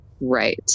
Right